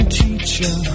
teacher